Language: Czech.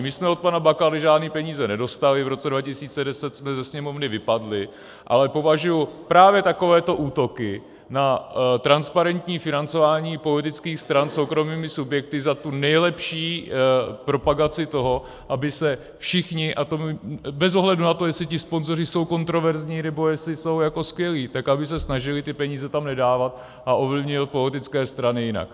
My jsme od pana Bakaly žádné peníze nedostali, v roce 2010 jsme ze Sněmovny vypadli, ale považuji právě takovéto útoky na transparentní financování politických stran soukromými subjekty za tu nejlepší propagaci toho, aby se všichni bez ohledu na to, jestli ti sponzoři jsou kontroverzní, nebo jestli jsou skvělí, snažili ty peníze tam nedávat a ovlivnili politické strany jinak.